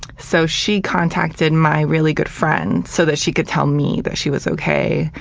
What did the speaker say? so she contacted my really good friend so that she could tell me that she was okay.